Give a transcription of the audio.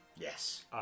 yes